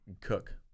Cook